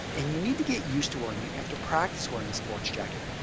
and you need to get used to wearing it, you have to practice wearing a sports jacket.